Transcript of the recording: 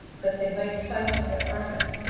that they might fight in their armor,